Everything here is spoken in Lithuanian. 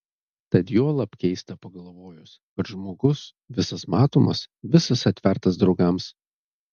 tad juolab keista pagalvojus kad žmogus visas matomas visas atvertas draugams